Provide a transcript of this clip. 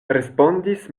respondis